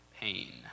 pain